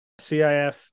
CIF